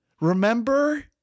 remember